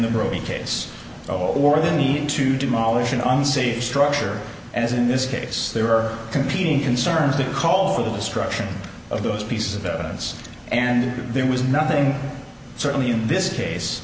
growing case or the need to demolish an unsafe structure as in this case there are competing concerns that call for the destruction of those pieces of evidence and there was nothing certainly in this case